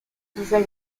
design